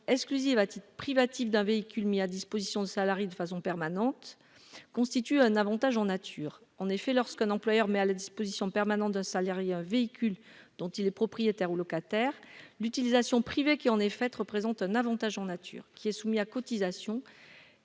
exclusive à titre privatif d'un véhicule mis à la disposition du salarié de façon permanente constitue un avantage en nature. En effet, lorsqu'un employeur met à la disposition permanente d'un salarié un véhicule dont il est propriétaire ou locataire, l'utilisation privée qui en est faite représente un avantage en nature soumis à cotisations